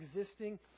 existing